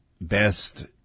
best